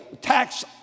tax